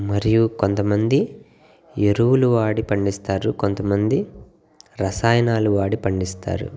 మరియు కొంతమంది ఎరువులు వాడి పండిస్తారు కొంతమంది రసాయనాలు వాడి పండిస్తారు